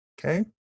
okay